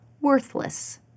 worthless